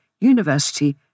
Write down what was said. University